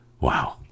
Wow